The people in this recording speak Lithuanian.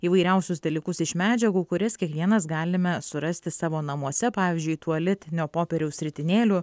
įvairiausius dalykus iš medžiagų kurias kiekvienas galime surasti savo namuose pavyzdžiui tualetinio popieriaus ritinėlių